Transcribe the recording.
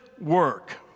work